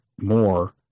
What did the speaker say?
more